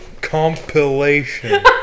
Compilation